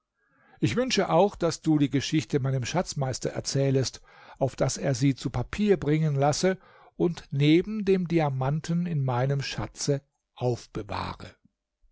ich wünsche auch daß du die geschichte meinem schatzmeister erzählest auf daß er sie zu papier bringen lasse und neben dem diamanten in meinem schatze aufbewahre